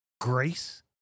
grace